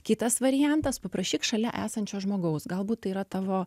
kitas variantas paprašyk šalia esančio žmogaus galbūt tai yra tavo